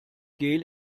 gel